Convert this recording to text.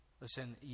Listen